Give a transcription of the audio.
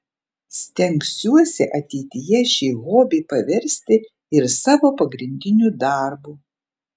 stengsiuosi ateityje šį hobį paversi ir savo pagrindiniu darbu